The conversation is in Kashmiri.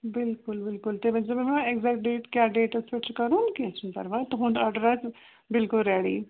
بلکُل بلکُل تُہۍ مےٚ اٮ۪کزیک ڈیٹ کیاہ ڈیٚٹس پٮ۪ٹھ چھُ کَرُن کیٚنٛہہ چھُنہٕ پرواے تُہنٛد آرڈر آسہِ بکُل رٮ۪ڈی